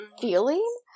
feeling